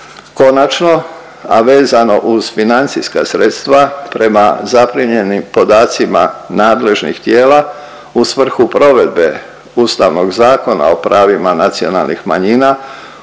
Konačno, a vezano uz financijska sredstva prema zaprimljenim podacima nadležnih tijela u svrhu provedbe Ustavnog zakona o pravima nacionalnih manjina